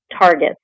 targets